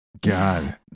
God